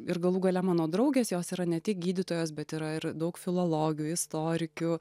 ir galų gale mano draugės jos yra ne tik gydytojos bet yra ir daug filologių istorikių